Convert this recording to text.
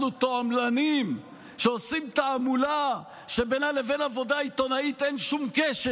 אנחנו תועמלנים שעושים תעמולה שבינה לבין עבודה עיתונאית אין שום קשר.